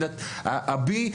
הבי,